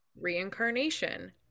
reincarnation